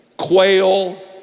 quail